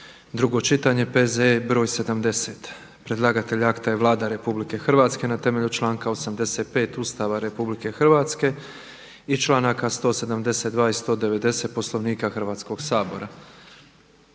drugo čitanje, P.Z.E. br. 70. Predlagatelj akta je Vlada RH na temelju članka 85. Ustava RH i članaka 172. i 190. Poslovnika Hrvatskog sabora.